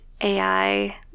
AI